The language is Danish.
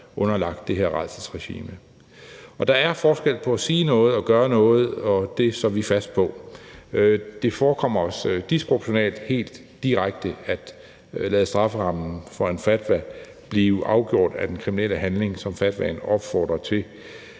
underlagt det her rædselsregime. Og der er forskel på at sige noget og gøre noget, og det står vi fast på, og det forekommer os disproportionalt helt direkte at lade strafferammen for en fatwa blive afgjort af den kriminelle handling, som fatwaen opfordrer til,